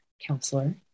counselor